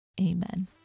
Amen